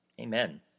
Amen